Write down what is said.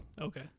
Okay